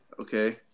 Okay